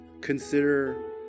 consider